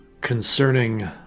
concerning